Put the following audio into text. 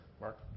Mark